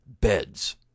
beds